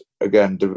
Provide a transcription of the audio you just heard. again